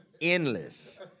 Endless